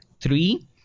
Three